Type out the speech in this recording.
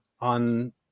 on